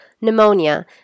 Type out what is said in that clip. pneumonia